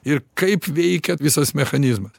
ir kaip veikia visas mechanizmas